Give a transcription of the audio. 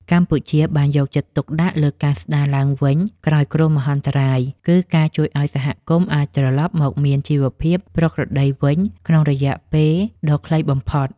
កម្ពុជាបានយកចិត្តទុកដាក់លើការស្តារឡើងវិញក្រោយគ្រោះមហន្តរាយ គឺការជួយឱ្យសហគមន៍អាចត្រឡប់មកមានជីវភាពប្រក្រតីវិញក្នុងរយៈពេលដ៏ខ្លីបំផុត។